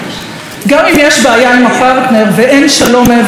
גם אם יש בעיה עם הפרטנר ואין שלום מעבר לפינה,